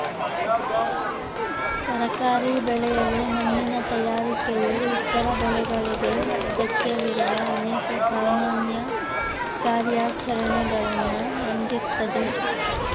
ತರಕಾರಿ ಬೆಳೆಯಲು ಮಣ್ಣಿನ ತಯಾರಿಕೆಯು ಇತರ ಬೆಳೆಗಳಿಗೆ ಅಗತ್ಯವಿರುವ ಅನೇಕ ಸಾಮಾನ್ಯ ಕಾರ್ಯಾಚರಣೆಗಳನ್ನ ಹೊಂದಿರ್ತದೆ